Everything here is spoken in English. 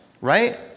right